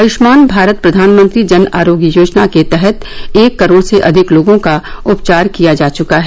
आयुष्मान भारत प्रधानमंत्री जन आरोग्य योजना के तहत एक करोड़ से अधिक लोगों का उपचार किया जा चुका है